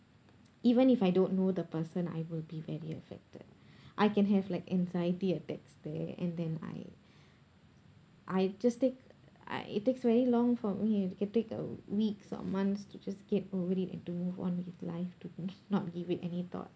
even if I don't know the person I will be very affected I can have like anxiety attacks there and then I I just take I it takes very long for me it can take uh weeks or months to just get over it and to move on with life to not give it any thought